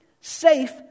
safe